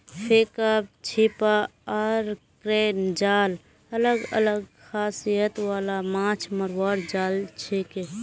फेका छीपा आर क्रेन जाल अलग अलग खासियत वाला माछ मरवार जाल छिके